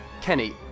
Kenny